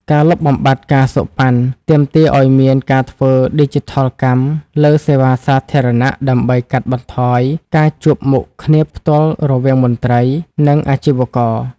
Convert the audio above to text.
ការលុបបំបាត់ ការសូកប៉ាន់ ទាមទារឱ្យមានការធ្វើឌីជីថលកម្មលើសេវាសាធារណៈ ដើម្បីកាត់បន្ថយការជួបមុខគ្នាផ្ទាល់រវាងមន្ត្រី និងអាជីវករ។